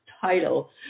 title